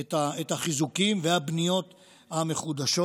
את החיזוקים והבניות המחודשות,